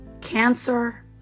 cancer